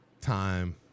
time